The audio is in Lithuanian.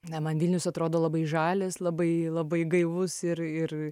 ne man vilnius atrodo labai žalias labai labai gaivus ir ir